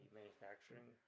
manufacturing